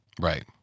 right